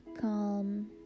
calm